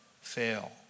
fail